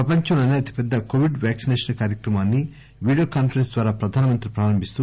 ప్రపంచంలోనే అతిపెద్ద covid vaccination కార్యక్రమాన్ని వీడియో కాన్ఫరెన్స్ ద్వారా ప్రధానమంత్రి ప్రారంభిస్తూ